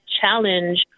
challenge